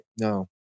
No